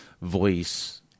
voice